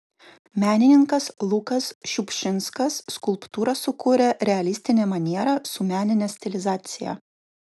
menininkas lukas šiupšinskas skulptūrą sukūrė realistine maniera su menine stilizacija